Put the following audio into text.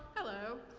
hello,